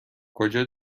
کجا